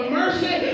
mercy